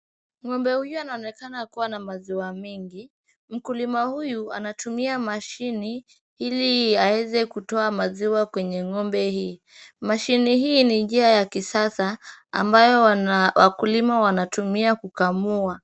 Ng'ombe huyu anaonekana akiwa na maziwa mingi. Mkulima huyu anatumia mashine ili aweze maziwa kwenye ng'ombe hii. Mashine hii ni njia ya kisasa ambayo wakulima wanatumia kukamua.